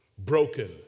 Broken